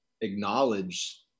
acknowledge